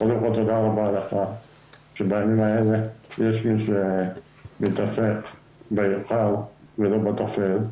תודה רבה לך שבימים האלה יש מישהו שמתעסק בעיקר ולא בטפל.